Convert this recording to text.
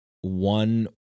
one